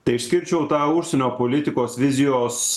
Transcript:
tai išskirčiau tą užsienio politikos vizijos